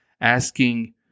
asking